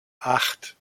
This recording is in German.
acht